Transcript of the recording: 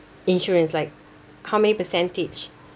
insurance like how many percentage